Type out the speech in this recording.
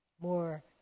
more